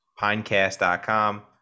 Pinecast.com